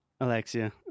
Alexia